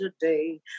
today